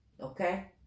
Okay